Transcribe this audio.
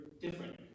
different